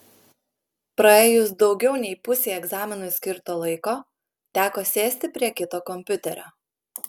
praėjus daugiau nei pusei egzaminui skirto laiko teko sėsti prie kito kompiuterio